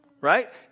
right